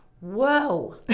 whoa